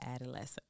adolescent